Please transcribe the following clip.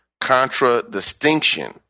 contradistinction